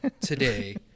today